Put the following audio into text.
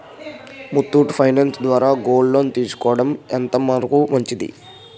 Muthoot finance ద్వారా gold loan తీసుకోవడం ఎంత వరకు మంచిది?